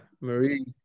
marie